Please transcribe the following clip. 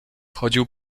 wchodził